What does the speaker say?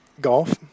Golf